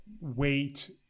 weight